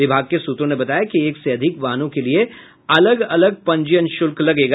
विभाग के सुत्रों ने बताया कि एक से अधिक वाहनों के लिये अलग अलग पंजीयन शुल्क लगेगा